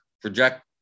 project